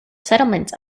settlement